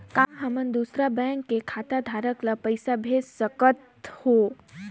का हमन दूसर बैंक के खाताधरक ल पइसा भेज सकथ हों?